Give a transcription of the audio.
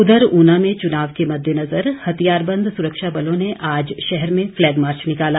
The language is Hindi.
उधर ऊना में चुनाव के मद्देनजर हथियार बंद सुरक्षा बलों ने आज शहर में फ्लैग मार्च निकाला